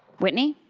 whitney?